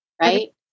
Right